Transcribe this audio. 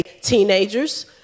teenagers